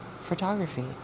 photography